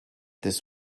this